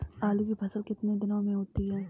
आलू की फसल कितने दिनों में होती है?